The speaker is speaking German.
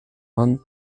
man